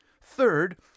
Third